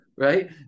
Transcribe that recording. Right